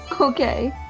Okay